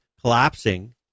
collapsing